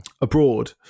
abroad